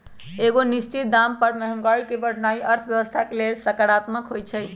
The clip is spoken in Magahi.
एगो निश्चित दाम पर महंगाई के बढ़ेनाइ अर्थव्यवस्था के लेल सकारात्मक होइ छइ